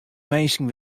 minsken